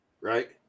right